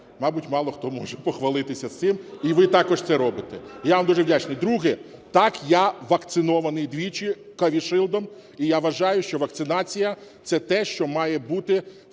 мабуть, мало хто може похвалитися цим. І ви також це робите, і я вам дуже вдячний. Друге. Так, я вакцинований двічі Covishiеld, і я вважаю, що вакцинація – це те, що має бути